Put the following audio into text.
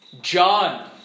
John